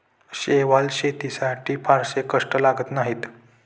शेवाळं शेतीसाठी फारसे कष्ट लागत नाहीत